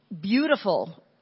beautiful